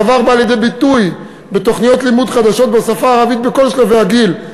הדבר בא לידי ביטוי בתוכניות לימוד חדשות בשפה הערבית בכל שלבי הגיל,